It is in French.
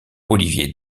olivier